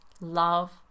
love